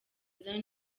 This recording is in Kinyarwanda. zion